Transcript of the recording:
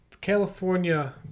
California